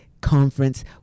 Conference